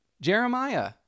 Jeremiah